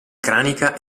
cranica